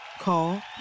Call